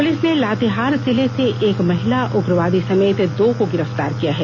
police ने लातेहार जिले से एक महिला उग्रवादी समेत दो को गिरफ्तार किया है